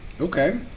Okay